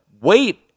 wait